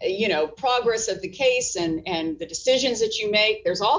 you know progress of the case and the decisions that you make there's all